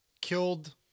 Killed